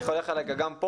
אני חולק עליך גם כאן.